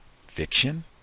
fiction